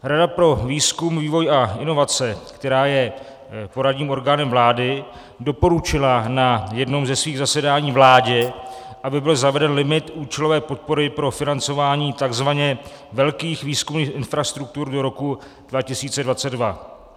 Rada pro výzkum, vývoj a inovace, která je poradním orgánem vlády, doporučila na jednom ze svých zasedání vládě, aby byl zaveden limit účelové podpory pro financování takzvaně velkých výzkumných infrastruktur do roku 2022.